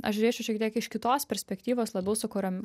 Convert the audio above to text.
aš žiūrėčiau šiek tiek iš kitos perspektyvos labiau sukuriam